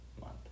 month